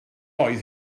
oedd